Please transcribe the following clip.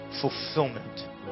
fulfillment